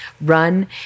run